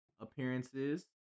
appearances